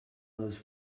most